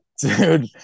Dude